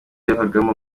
yabagamo